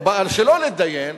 או באה שלא להתדיין,